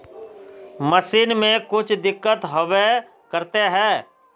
Machine में कुछ दिक्कत होबे करते है?